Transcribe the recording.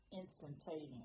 Instantaneous